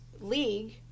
league